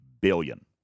billion